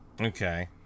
Okay